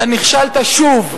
אתה נכשלת שוב.